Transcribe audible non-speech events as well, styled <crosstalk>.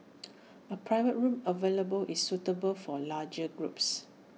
<noise> A private room available is suitable for large groups